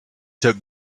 took